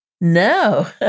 No